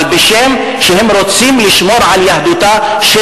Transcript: בשם זה שהם רוצים לשמור על יהדותה של